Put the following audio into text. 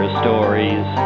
stories